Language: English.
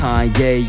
Kanye